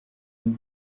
and